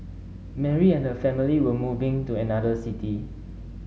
Mary and her family were moving to another city